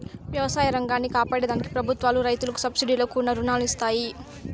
వ్యవసాయ రంగాన్ని కాపాడే దానికి ప్రభుత్వాలు రైతులకు సబ్సీడితో కూడిన రుణాలను ఇస్తాయి